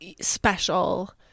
special